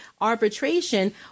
arbitration